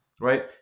right